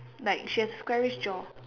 like she has squarish jaw